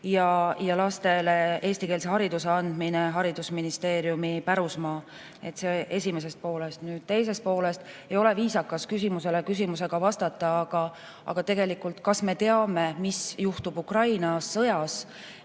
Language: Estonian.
ja lastele eestikeelse hariduse andmine haridusministeeriumi pärusmaa. See on esimesest poolest. Teisest poolest, ei ole viisakas küsimusele küsimusega vastata, aga tegelikult, kas me teame, mis juhtub Ukraina sõjas